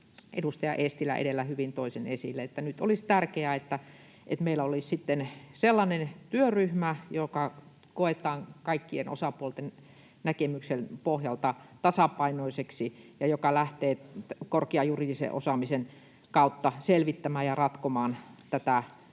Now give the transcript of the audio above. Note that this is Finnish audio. edustaja Eestilän puheessa edellä tuli hyvin esille, että nyt olisi tärkeää, että meillä olisi sellainen työryhmä, joka koetaan kaikkien osapuolten näkemyksen pohjalta tasapainoiseksi ja joka lähtee korkean juridisen osaamisen kautta selvittämään ja ratkomaan tätä